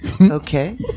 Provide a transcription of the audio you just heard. Okay